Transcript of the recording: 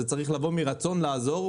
זה צריך לבוא מרצון לעזור,